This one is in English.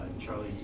Charlie